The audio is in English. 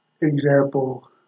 example